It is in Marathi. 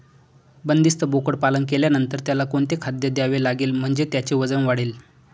बंदिस्त बोकडपालन केल्यानंतर त्याला कोणते खाद्य द्यावे लागेल म्हणजे त्याचे वजन वाढेल?